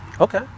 Okay